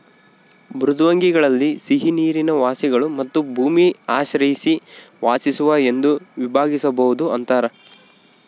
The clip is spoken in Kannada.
ಮೃದ್ವಂಗ್ವಿಗಳಲ್ಲಿ ಸಿಹಿನೀರಿನ ವಾಸಿಗಳು ಮತ್ತು ಭೂಮಿ ಆಶ್ರಯಿಸಿ ವಾಸಿಸುವ ಎಂದು ವಿಭಾಗಿಸ್ಬೋದು ಅಂತಾರ